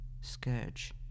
Scourge